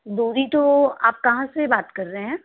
दूरी तो आप कहाँ से बात कर रहे हैं